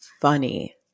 funny